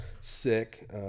sick